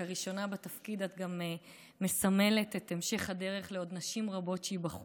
שכראשונה בתפקיד את גם מסמלת את המשך הדרך לעוד נשים רבות שייבחרו.